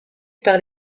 par